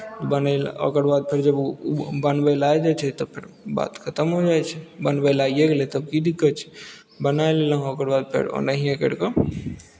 बनेला ओकर बाद फेर जब ओ ओ बनबै लेल आबि जाइ छै तऽ फेर बात खतम हो जाइ छै बनबै लेल आइए गेलै तब की दिक्कत छै बनाए लेलहुँ ओकर बाद फेर ओनाहिए करि कऽ